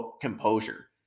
composure